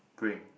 bring